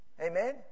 Amen